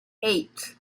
eight